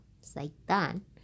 Satan